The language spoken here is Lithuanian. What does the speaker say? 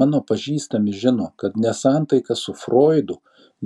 mano pažįstami žino kad nesantaika su froidu